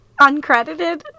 Uncredited